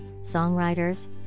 Songwriters